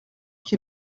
qui